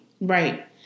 Right